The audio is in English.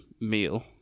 meal